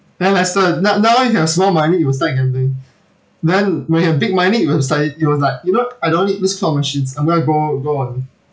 then lester now now you have small money you will start gambling then when you have big money you will start it it was like you know I don't need this kind of machines I'm going to go go on